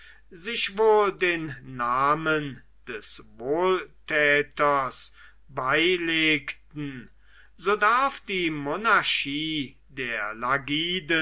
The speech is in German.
sich wohl den namen des wohltäters beilegten so darf die monarchie der